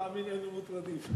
תאמין לי, היינו מוטרדים.